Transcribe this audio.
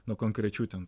nuo konkrečių ten